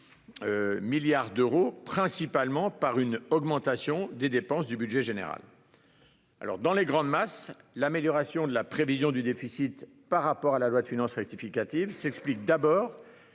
millions d'euros, principalement par une augmentation des dépenses du budget général. Dans les grandes masses, l'amélioration de la prévision de déficit par rapport à la loi de finances rectificative s'explique d'abord